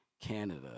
Canada